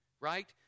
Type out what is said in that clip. right